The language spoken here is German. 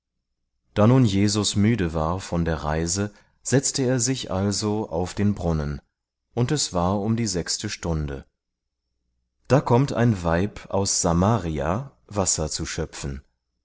da nun jesus müde war von der reise setzte er sich also auf den brunnen und es war um die sechste stunde da kommt ein weib aus samaria wasser zu schöpfen